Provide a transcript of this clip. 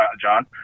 John